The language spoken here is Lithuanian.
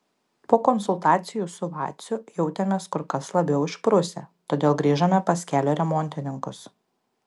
po konsultacijų su vaciu jautėmės kur kas labiau išprusę todėl grįžome pas kelio remontininkus